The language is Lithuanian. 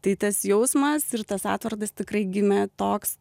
tai tas jausmas ir tas atvartas tikrai gimė toks